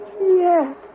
Yes